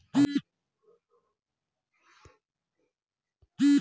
लाभार्थी हटवासाठी ऑनलाईन पद्धत हाय का?